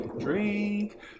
Drink